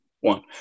one